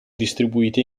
distribuite